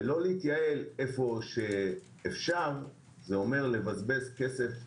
לא להתייעל איפה שאפשר זה אומר לבזבז כסף סתם,